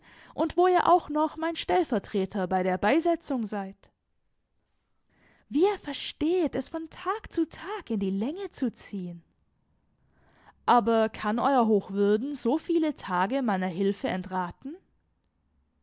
und wo ihr auch noch mein stellvertreter bei der beisetzung seid wie er versteht es von tag zu tag in die länge zu ziehen aber kann euer hochwürden so viele tage meiner hilfe entraten